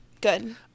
good